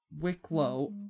Wicklow